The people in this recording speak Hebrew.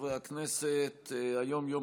דברי הכנסת חוברת ב' ישיבה פ"ט הישיבה